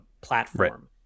platform